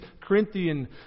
Corinthian